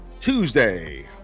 Tuesday